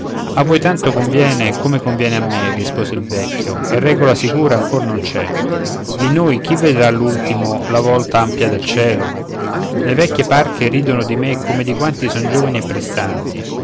a voi tanto conviene come conviene a me rispose il vecchio e regola sicura ancor non c'è di noi chi vedrà l'ultimo la volta ampia del cielo le vecchie parche ridono di me come di quanti son giovani e prestanti